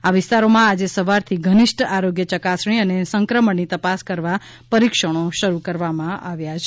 આ વિસ્તારોમાં આજે સવારથી ઘનિષ્ઠ આરોગ્ય ચકાસણી અને સંક્રમણની તપાસ કરવા પરીક્ષણો શરુ કરવામાં આવ્યા છે